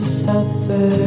suffer